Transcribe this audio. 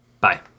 Bye